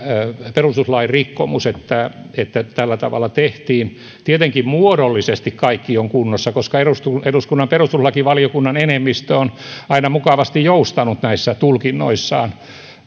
perustuslain rikkomus että että tällä tavalla tehtiin tietenkin muodollisesti kaikki on kunnossa koska eduskunnan perustuslakivaliokunnan enemmistö on aina mukavasti joustanut näissä tulkinnoissaan